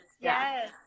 yes